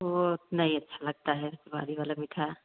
वह नहीं अच्छा लगता है वाला मीठा